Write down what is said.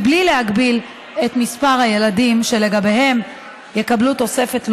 בלי להגביל את מספר הילדים שלגביהם יקבלו תוספת תלויים.